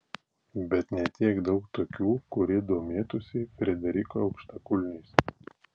bet ne tiek daug tokių kurie domėtųsi frederiko aukštakulniais